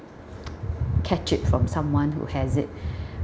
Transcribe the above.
catch it from someone who has it